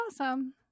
awesome